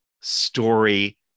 story